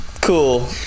cool